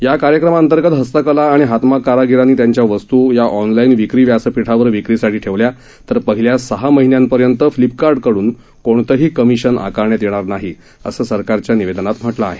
या कार्यक्रमा अंतर्गत हस्तकला आणि हातमाग कारागिरांनी त्यांच्या वस्त् या ऑनलाईन विक्री व्यासपीठावर विक्रीसाठी ठेवल्या तर पहिल्या सहा महिन्यापर्यंत फ्लिपकार्ट कडुन कोणतही कमिशन आकारण्यात येणार नाही असं सरकारच्या निवेदनात म्हटलं आहे